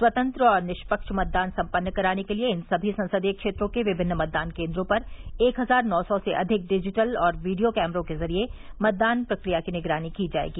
स्वतंत्र और निष्पक्ष मतदान सम्पन्न कराने के लिए इन सभी संसदीय क्षेत्रों के विभिन्न मतदान केन्द्रों पर एक हज़ार नौ सौ से अधिक डिजिटल और वीडियों कैमरों के ज़रिये मतदान प्रक्रिया की निगरानी की जायेगी